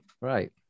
right